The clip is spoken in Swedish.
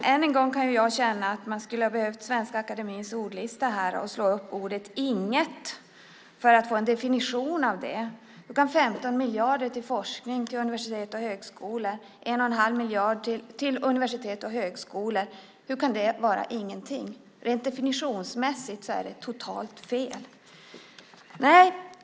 Än en gång kan jag känna att jag skulle ha behövt Svenska Akademiens ordlista för att slå upp ordet "inget" för att få en definition av det. Hur kan 15 miljarder till forskning och 1 1⁄2 miljard till universitet och högskolor vara ingenting? Rent definitionsmässigt är det totalt fel.